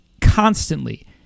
constantly